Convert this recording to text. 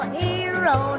hero